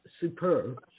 superb